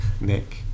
Nick